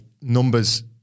numbers